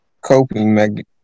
coping